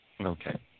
Okay